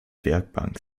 werkbank